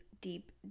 deep